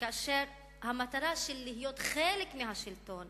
כאשר המטרה של להיות חלק מהשלטון